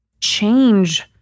change